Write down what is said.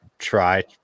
try